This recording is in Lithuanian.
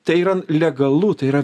tai yra legalu tai yra